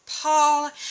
paul